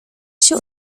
się